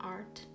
Art